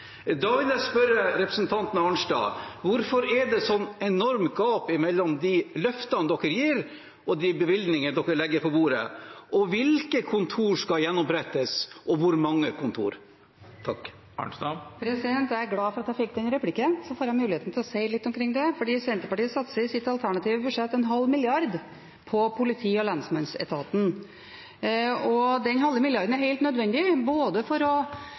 Da vil jeg spørre representanten Arnstad: Hvorfor er det et så enormt gap mellom de løftene Senterpartiet gir, og de bevilgningene de legger på bordet? Hvilke kontor skal gjenopprettes, og hvor mange? Jeg er glad for at jeg fikk den replikken, for da får jeg muligheten til å si litt omkring det. Senterpartiet satser i sitt alternative budsjett en halv milliard på politi- og lensmannsetaten. Den halve milliarden er helt nødvendig både for å